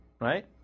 right